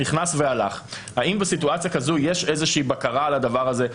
נכנס והלך האם בסיטואציה כזו יש איזושהי בקרה על הדבר הזה?